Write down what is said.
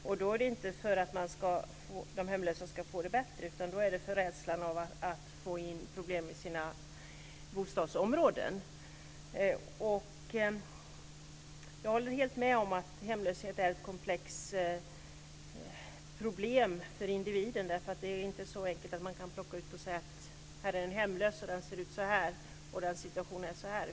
Då gäller det inte att de hemlösa ska få det bättre, utan då gäller det rädslan för att få in problem i människors bostadsområden. Jag håller helt med om att hemlöshet är ett komplext problem för individen. Det är nämligen inte så enkelt att man kan plocka ut en hemlös och säga: Här är en hemlös - han eller hon ser ut så här och hans eller hennes situation är så här!